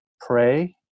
pray